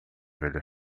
velhas